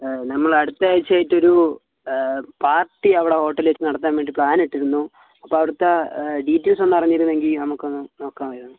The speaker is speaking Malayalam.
നമ്മൾ അടുത്ത ആഴ്ച്ചയായിട്ട് ഒരു പാർട്ടി അവിടെ ഹോട്ടലിൽ വെച്ച് നടത്താൻ വേണ്ടി പ്ലാൻ ഇട്ടിരുന്നു അപ്പം അവിടുത്തെ ഡീറ്റെയിൽസ് ഒന്ന് അറിഞ്ഞിരുന്നെങ്കിൽ നമുക്കൊന്ന് നോക്കാമായിരുന്നു